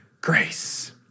grace